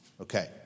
okay